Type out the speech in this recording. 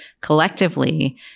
collectively